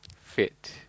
Fit